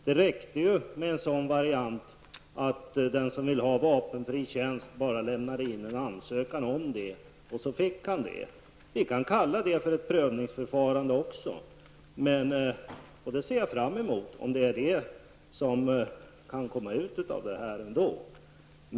Det räckte ju med en sådan variant att den som ville ha vapenfri tjänst bara lämnade in en ansökan därom, så fick han det. Vi kan också kalla detta för ett prövningsförfarande. Det ser jag fram emot, om det är detta som ändå kan komma ut av det här arbetet.